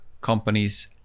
companies